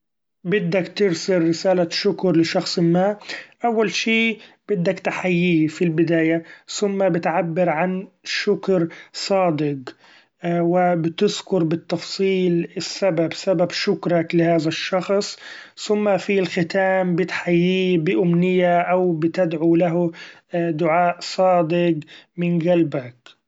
بدك ترسل رسالة شكر لشخص ما أول شي بدك تحييه في البداية ، ثم بتعبر عن شكر صادق و بتذكر بالتفصيل السبب سبب شكرك لهذا الشخص ، ثم في الختام بتحيي بأمنية أو بتدعو له دعاء صادق من قلبك.